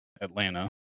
Atlanta